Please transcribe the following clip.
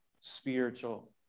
Spiritual